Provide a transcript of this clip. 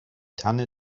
tanne